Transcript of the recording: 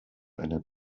einer